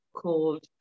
called